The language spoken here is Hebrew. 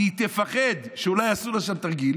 כי היא תפחד שאולי עשו לה שם תרגיל,